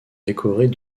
décorées